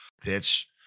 pitch